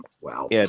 wow